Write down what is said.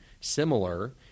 similar